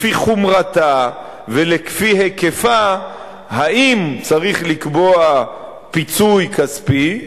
לפי חומרתה וכפי היקפה האם צריך לקבוע פיצוי כספי.